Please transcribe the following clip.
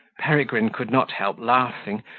peregrine could not help laughing,